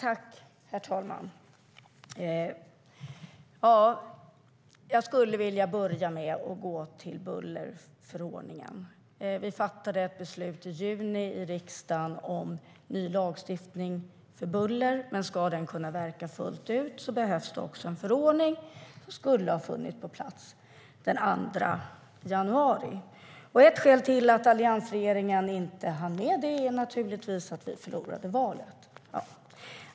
Herr talman! Jag skulle vilja börja med att gå till bullerförordningen. Vi fattade i juni ett beslut i riksdagen om ny lagstiftning när det gäller buller, men om den ska kunna verka fullt ut behövs det också en förordning, som skulle ha funnits på plats den 2 januari. Ett skäl till att alliansregeringen inte hann med det är naturligtvis att vi förlorade valet.